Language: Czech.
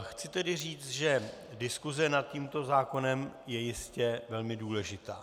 Chci tedy říct, že diskuse nad tímto zákonem je jistě velmi důležitá.